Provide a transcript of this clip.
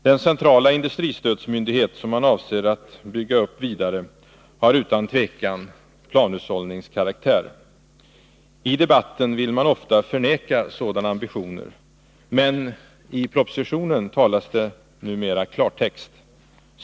Den centrala industristödsmyndighet som man avser att bygga upp vidare har utan tvivel planhushållningskaraktär. I debatten vill man ofta förneka sådana ambitioner, men i propositionen talas det numera klartext.